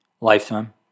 lifetime